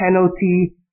penalty